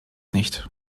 nicht